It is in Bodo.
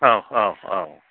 औ औ औ